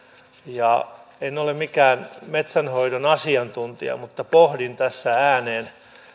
en ole mikään metsänhoidon asiantuntija mutta pohdin tässä ääneen